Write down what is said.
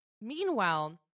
meanwhile